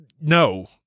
No